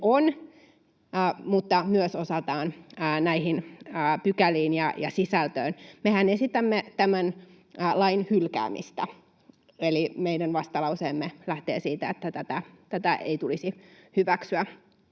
kuin myös osaltaan näihin pykäliin ja sisältöön. Mehän esitämme tämän lain hylkäämistä, eli meidän vastalauseemme lähtee siitä, että tätä ei tulisi hyväksyä.